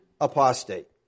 apostate